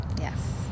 Yes